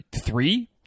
three